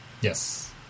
Yes